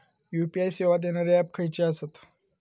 UPI सेवा देणारे app खयचे आसत?